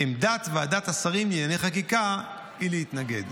עמדת ועדת שרים לענייני חקיקה היא להתנגד.